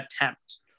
attempt